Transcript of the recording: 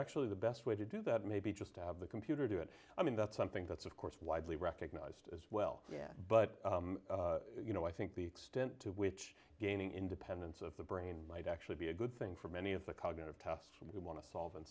actually the best way to do that may be just to have the computer do it i mean that's something that's of course widely recognized as well but you know i think the extent to which gaining independence of the brain might actually be a good thing for many of the cognitive tasks we want to solve